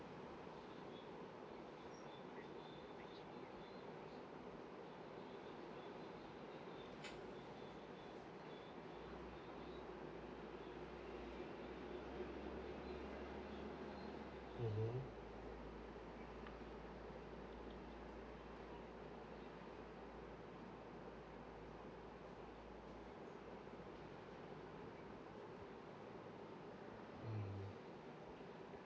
mmhmm mm